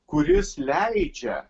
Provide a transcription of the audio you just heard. kuris leidžia